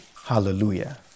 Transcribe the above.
Hallelujah